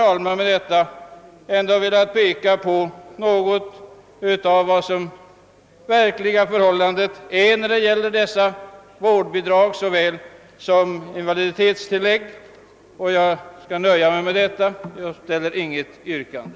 Jag har med detta velat peka på något av det verkliga förhållandet när det gäller vårdbidrag och invaliditetstillägg, och jag skall nöja mig med detta. Jag ställer inget yrkande.